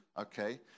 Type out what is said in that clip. okay